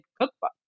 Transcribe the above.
cookbook